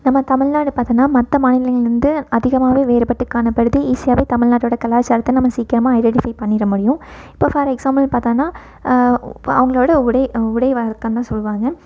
நம்ம தமிழ்நாடு பார்த்தோனா மற்ற மாநிலங்களிலிருந்து அதிகமாகவே வேறுபட்டு காணப்படுது ஈசியாகவே தமிழ்நாட்டோடய கலாச்சாரத்தை நம்ம சீக்கிரமாக ஐடென்டிஃபை பண்ணிடமுடியும் இப்போ ஃபார் எக்ஸாம்பிள் பார்த்தோனா அவங்களோட உடை உடை வழக்கந்தான் சொல்வாங்க